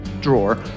drawer